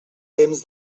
temps